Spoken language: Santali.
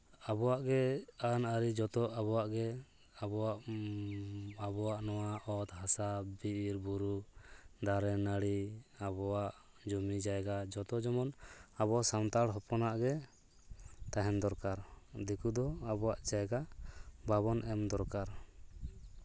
ᱟᱵᱚᱣᱟᱜ ᱜᱮ ᱟᱹᱱᱼᱟᱹᱨᱤ ᱡᱚᱛᱚ ᱟᱵᱚᱣᱟᱜ ᱜᱮ ᱟᱵᱚᱣᱟᱜ ᱱᱚᱣᱟ ᱟᱵᱚᱣᱟᱜ ᱱᱚᱣᱟ ᱚᱛ ᱦᱟᱥᱟ ᱵᱤᱨᱼᱵᱩᱨᱩ ᱫᱟᱨᱮᱼᱱᱟᱹᱲᱤ ᱟᱵᱚᱣᱟᱜ ᱡᱚᱢᱤ ᱡᱟᱭᱜᱟ ᱡᱚᱛᱚ ᱡᱮᱢᱚᱱ ᱟᱵᱚ ᱥᱟᱱᱛᱟᱲ ᱦᱚᱯᱚᱱᱟᱜ ᱜᱮ ᱛᱟᱦᱮᱱ ᱫᱚᱨᱠᱟᱨ ᱫᱤᱠᱩ ᱫᱚ ᱟᱵᱚᱣᱟᱜ ᱡᱟᱭᱜᱟ ᱵᱟᱵᱚᱱ ᱮᱢ ᱫᱚᱨᱠᱟᱨ